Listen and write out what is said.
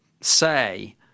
say